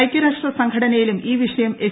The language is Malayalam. ഐക്യരാഷ്ട്ര സംഘടനയിലും ഈ വിഷയം എസ്